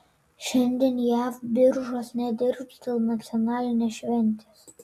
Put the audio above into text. šiandien jav biržos nedirbs dėl nacionalinės šventės